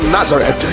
Nazareth